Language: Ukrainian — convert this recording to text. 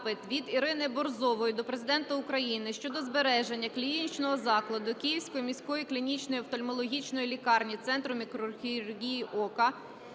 від Ірини Борзової до Президента України щодо збереження клінічного закладу Київської міської клінічної офтальмологічної лікарні "Центр мікрохірургії